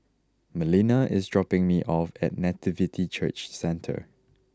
Melina is dropping me off at Nativity Church Centre